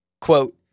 Quote